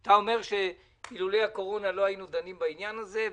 אתה אומר שאילולא הקורונה לא היינו דנים בעניין הזה,